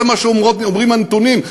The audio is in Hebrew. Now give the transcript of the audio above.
זה מה שאומרים הנתונים,